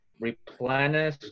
Replenish